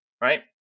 right